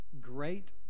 great